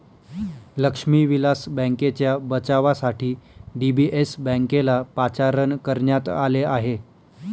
लक्ष्मी विलास बँकेच्या बचावासाठी डी.बी.एस बँकेला पाचारण करण्यात आले आहे